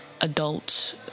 adults